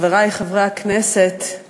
חברי חברי הכנסת,